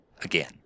again